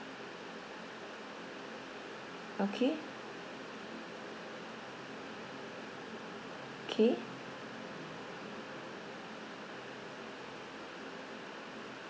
okay K